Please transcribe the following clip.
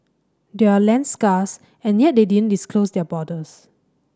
they're land scarce and yet they didn't close their borders